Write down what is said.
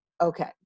okay